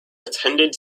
attended